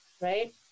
right